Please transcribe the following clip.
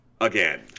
again